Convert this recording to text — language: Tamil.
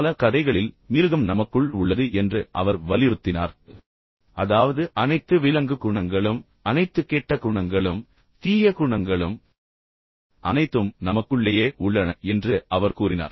பல கதைகளில் மிருகம் நமக்குள் உள்ளது என்று அவர் வலியுறுத்தினார் அதாவது அனைத்து விலங்கு குணங்களும் அனைத்து கெட்ட குணங்களும் தீய குணங்களும் அனைத்தும் நமக்குள்ளேயே உள்ளன என்று அவர் கூறினார்